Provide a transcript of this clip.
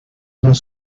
dos